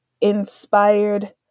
inspired